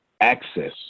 access